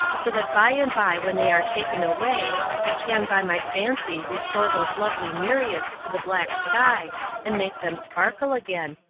so that by and by when they are taken away i can by my fancy restore those lovely myriads to the black sky and make them sparkle again,